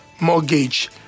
mortgage